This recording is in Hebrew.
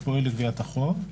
פועל לגביית החוב.